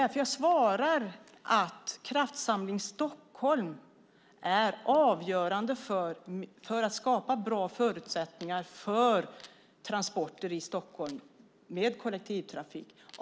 Därför svarar jag att Kraftsamling Stockholm är avgörande för att vi ska kunna skapa bra förutsättningar för transporter med kollektivtrafik i Stockholm.